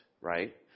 Right